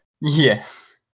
Yes